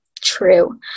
True